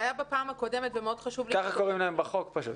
כך קוראים להן בחוק.